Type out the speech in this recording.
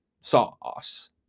sauce